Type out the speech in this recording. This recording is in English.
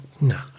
no